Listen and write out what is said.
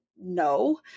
No